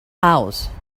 house